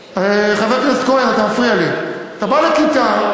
חבר הכנסת כהן, אתה מפריע לי, אתה בא לכיתה,